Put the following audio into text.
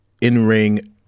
in-ring